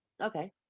Okay